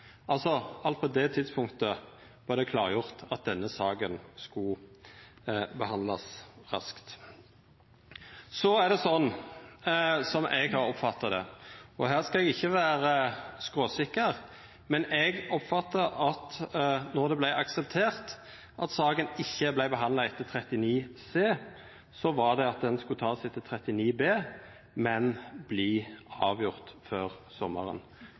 alt på det tidspunktet var det klargjort at denne saka skulle behandlast raskt. Så er det sånn, som eg har oppfatta det – og her skal eg ikkje vera skråsikker – at når det vart akseptert at saka ikkje skulle behandlast etter § 39 c, så skulle ho behandlast etter § 39 b, men verta avgjord før sommaren.